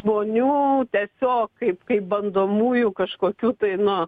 žmonių tiesiog kaip kaip bandomųjų kažkokių tai nu